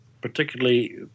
particularly